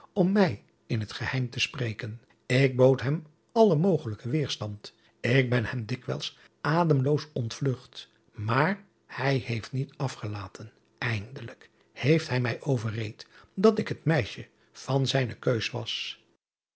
om mij in het geheim te spreken ik bood hem allen mogelijken wederstand ik ben hem dikwijls ademloos ontvlugt maar hij heeft niet afgelaten eindelijk heeft hij mij overreed dat ik het meisje van zijne keuze was